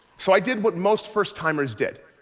so i did what most first-timers did.